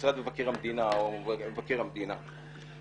משרד מבקר המדינה או מבקר המדינה.